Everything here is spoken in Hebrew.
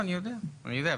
אני יודע.